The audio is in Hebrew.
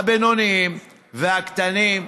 הבינוניים והקטנים,